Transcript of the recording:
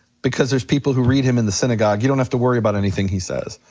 because there's people who read him in the synagogue, you don't have to worry about anything he says.